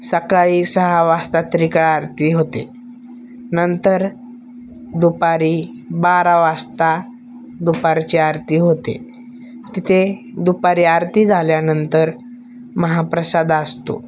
सकाळी सहा वाजता त्रिकळा आरती होते नंतर दुपारी बारा वाजता दुपारची आरती होते तिथे दुपारी आरती झाल्यानंतर महाप्रसाद आसतो